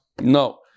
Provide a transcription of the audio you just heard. No